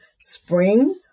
spring